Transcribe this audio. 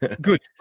Good